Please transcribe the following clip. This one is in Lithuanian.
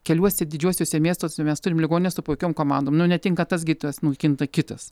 keliuose didžiuosiuose miestuose mes turim ligonines su puikiom komandom nu netinka tas gydytojas nu tinka kitas